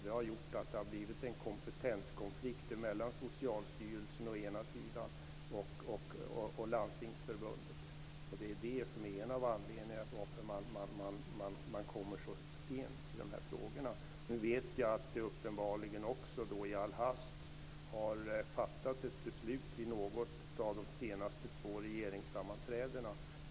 Det har gjort att det har blivit en kompetenskonflikt mellan Socialstyrelsen å ena sidan och Landstingsförbundet å den andra. Det är en av anledningarna till att man kommer så sent i de här frågorna. Nu vet jag att det uppenbarligen i all hast har fattats ett beslut vid något av de senaste två regeringssammanträdena.